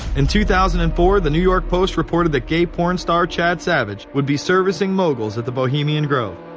in two thousand and four, the new york post reported that gay porn star chad savage. would be servicing moguls at the bohemian grove.